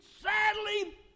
sadly